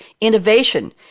Innovation